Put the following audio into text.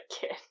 kid